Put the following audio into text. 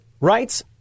rights